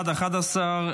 בעד, 11,